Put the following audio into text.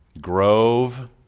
Grove